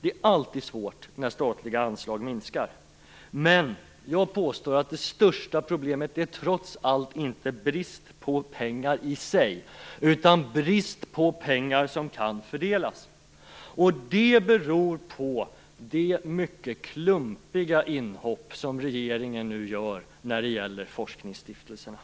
Det är alltid svårt när statliga anslag minskar, men jag påstår att det största problemet trots allt inte är brist på pengar i sig utan brist på pengar som kan fördelas. Det beror på det mycket klumpiga inhopp som regeringen nu gör när det gäller forskningsstiftelserna.